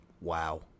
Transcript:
wow